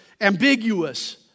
ambiguous